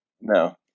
No